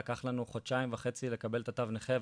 לקח לנו חודשיים וחצי לקבל את התו נכה,